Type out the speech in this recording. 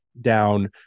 down